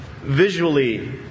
Visually